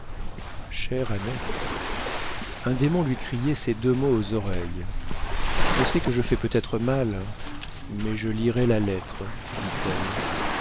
un démon lui criait ces deux mots aux oreilles je sais que je fais peut-être mal mais je la lirai la lettre dit-elle